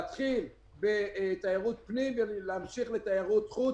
להתחיל בתיירות פנים ולהמשיך לתיירות חוץ.